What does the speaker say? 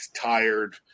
tired